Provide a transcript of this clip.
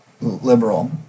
liberal